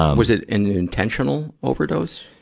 was it an intentional overdose?